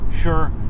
sure